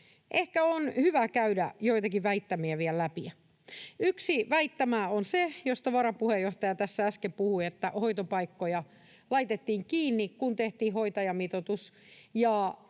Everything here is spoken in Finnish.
Ehkä on hyvä käydä joitakin väittämiä vielä läpi. Yksi väittämä on se, josta varapuheenjohtaja tässä äsken puhui, että hoitopaikkoja laitettiin kiinni, kun tehtiin hoitajamitoitus,